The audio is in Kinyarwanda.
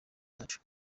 zacu